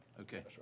Okay